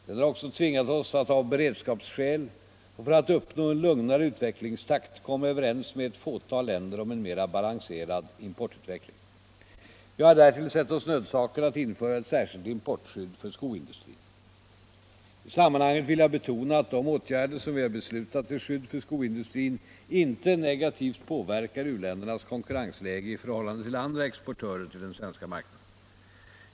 Den har också tvingat oss att av beredskapsskäl och för att uppnå en lugnare utvecklingstakt komma överens med ett fåtal länder om en mera balanserad importutveckling. Vi har därtill sett oss nödsakade att införa ett särskilt importskydd för skoindustrin. I sammanhanget vill jag betona att de åtgärder som vi beslutat till skydd för skoindustrin inte negativt påverkar u-ländernas konkurrensläge i förhållande till andra exportörer till den svenska marknaden.